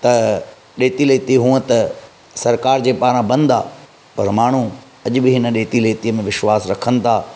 त ॾेती लेती हूंअ त सरकार जे पारा बंदि आहे पर माण्हू अॼु बि हिन ॾेती लेतीअ में विश्वासु रखनि था